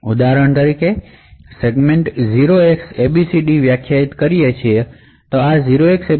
ઉદાહરણ તરીકે આપણે સેગમેન્ટ 0xabcd વ્યાખ્યાયિત કરીએ છીએ આ 0xabcd સેગમેન્ટમાં આયડેંટીફાયર અથવા તે સેગમેન્ટ માટે યુનિક આયડેંટીફાયર છે